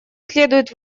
следует